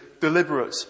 deliberate